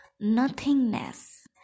nothingness